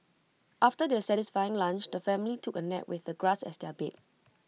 after their satisfying lunch the family took A nap with the grass as their bed